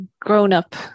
grown-up